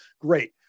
Great